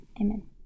Amen